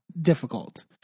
difficult